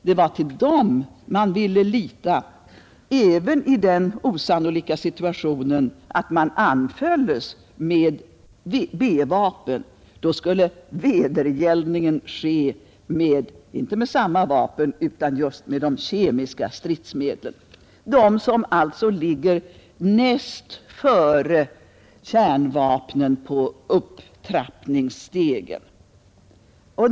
Det var till dem man ville lita även i den osannolika situationen att man anfölls med B-vapen, Då skulle vedergällning ske inte med samma vapen utan just med de kemiska stridsmedlen, alltså de stridsmedel som ligger närmast före kärnvapnen på upptrappningsstegen.